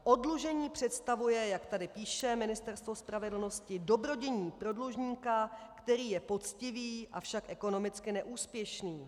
Oddlužení představuje, jak tady píše Ministerstvo spravedlnosti, dobrodiní pro dlužníka, který je poctivý, avšak ekonomicky neúspěšný.